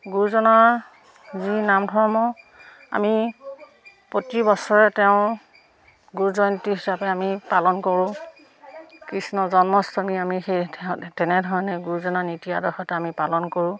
গুৰুজনাৰ যি নাম ধৰ্ম আমি প্ৰতি বছৰে তেওঁৰ গুৰুজয়ন্তী হিচাপে আমি পালন কৰোঁ কৃষ্ণ জন্মাষ্টমী আমি সেই তেনেধৰণে গুৰুজনাৰ নীতি আদৰ্শতে আমি পালন কৰোঁ